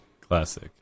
Classic